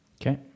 Okay